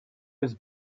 his